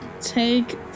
take